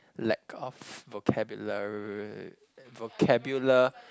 lack of vocabular vocabular